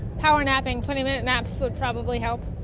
power napping, twenty minute naps would probably help.